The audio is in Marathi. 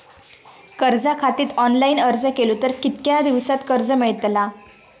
कर्जा खातीत ऑनलाईन अर्ज केलो तर कितक्या दिवसात कर्ज मेलतला?